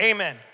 Amen